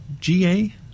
GA